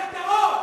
תומכת טרור,